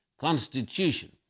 Constitution